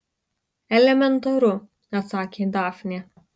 elementaru atsakė dafnė